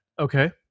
Okay